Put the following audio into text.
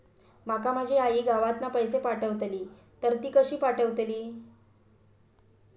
माका माझी आई गावातना पैसे पाठवतीला तर ती कशी पाठवतली?